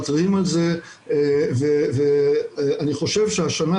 מתריעים על זה ואני חושב שהשנה,